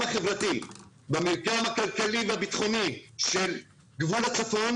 החברתי והמרקם הכלכלי והביטחוני של גבול הצפון?